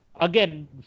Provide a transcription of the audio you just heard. again